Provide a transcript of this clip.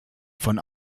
von